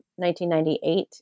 1998